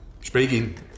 Speaking